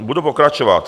Budu pokračovat.